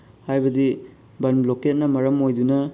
ꯍꯥꯏꯕꯗꯤ ꯕꯟ ꯕ꯭ꯂꯣꯀꯦꯠꯅ ꯃꯔꯝ ꯑꯣꯏꯗꯨꯅ